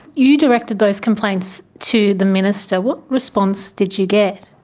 you directed those complaints to the minister. what response did you get?